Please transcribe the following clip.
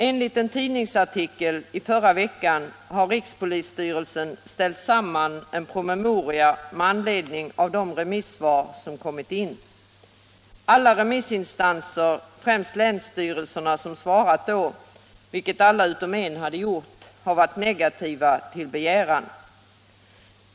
Enligt en tidningsartikel i förra veckan har rikspolisstyrelsen ställt samman en promemoria med anledning av de remissvar som kommit in. Alla remissinstanser, främst länsstyrelserna, som svarat — vilket alla utom en gjort — har varit negativa till denna begäran.